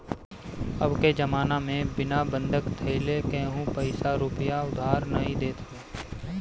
अबके जमाना में बिना बंधक धइले केहू पईसा रूपया उधार नाइ देत हवे